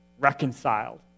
reconciled